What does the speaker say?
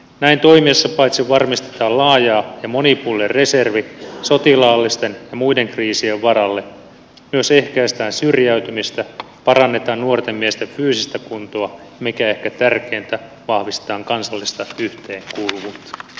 näin toimittaessa paitsi varmistetaan laaja ja monipuolinen reservi sotilaallisten ja muiden kriisien varalle myös ehkäistään syrjäytymistä parannetaan nuorten miesten fyysistä kuntoa ja mikä ehkä tärkeintä vahvistetaan kansallista yhteenkuuluvuutta